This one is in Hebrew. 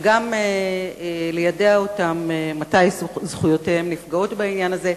וגם ליידע אותם מתי זכויותיהם נפגעות בעניין הזה,